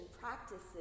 practices